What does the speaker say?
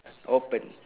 open